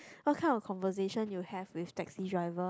what kind of conversation you have with taxi driver